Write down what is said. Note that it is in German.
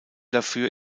dafür